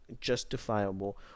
justifiable